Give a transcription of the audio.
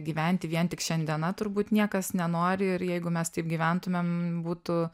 gyventi vien tik šiandiena turbūt niekas nenori ir jeigu mes taip gyventumėm būtų